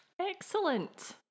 Excellent